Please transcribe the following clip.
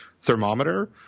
thermometer